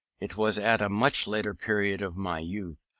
it was at a much later period of my youth,